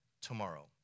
tomorrow